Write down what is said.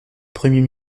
premiers